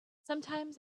sometimes